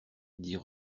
dire